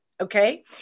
Okay